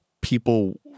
people